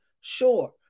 Sure